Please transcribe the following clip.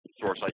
source